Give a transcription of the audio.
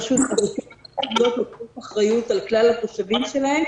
כל רשות מקומית לוקחת אחריות על כלל התושבים שלה,